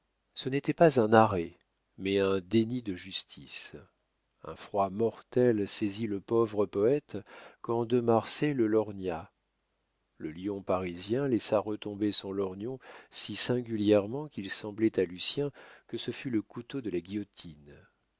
ce n'était pas un arrêt mais un déni de justice un froid mortel saisit le pauvre poète quand de marsay le lorgna le lion parisien laissa retomber son lorgnon si singulièrement qu'il semblait à lucien que ce fût le couteau de la guillotine